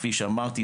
כפי שאמרתי,